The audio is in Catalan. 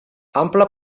ample